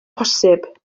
posib